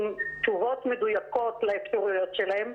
עם תשובות מדויקות לאפשרויות שלהם,